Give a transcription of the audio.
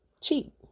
cheap